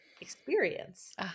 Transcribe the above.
experience